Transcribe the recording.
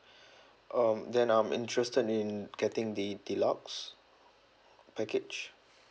um then I'm interested in getting the deluxe package